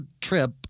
trip